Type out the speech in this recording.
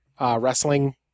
wrestling